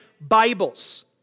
Bibles